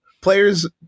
players